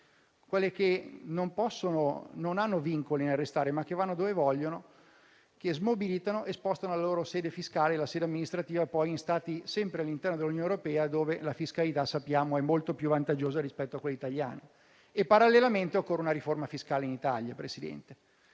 grandi, che non hanno vincoli a restare e vanno dove vogliono, smobilitano e spostano la loro sede fiscale o amministrativa in Stati sempre all'interno dell'Unione europea dove la fiscalità - sappiamo - essere molto più vantaggiosa rispetto a quella italiana. Presidente, parallelamente occorre una riforma fiscale in Italia. Su questo